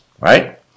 right